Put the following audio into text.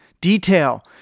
detail